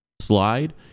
Slide